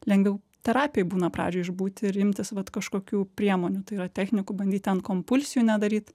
lengviau terapijoj būna pradžioj išbūti ir imtis vat kažkokių priemonių tai yra technikų bandyt ten kompulsijų nedaryt